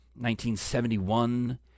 1971